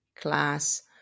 class